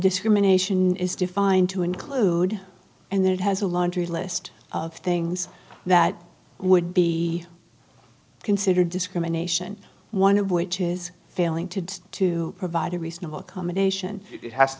discrimination is defined to include and that has a laundry list of things that would be considered discrimination one of which is failing to do to provide a reasonable accommodation has